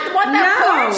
No